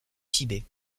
tibet